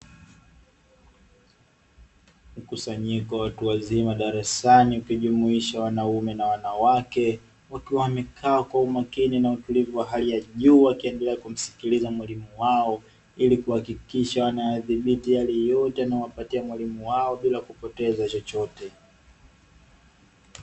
Mkusanyiko wa watu wazima darasani, ukijumuisha wanaume na wanawake wakiwa wamekaa kwa umakini na utulivu wa hali ya juu, wakiendelea kumsikiliza mwalimu wao ili kuhakikisha wanayadhibiti yale yote anayowapatia mwalimu wao bila kupoteza chochote.